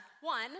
One